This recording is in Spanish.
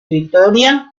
vitoria